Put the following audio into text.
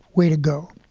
way to go.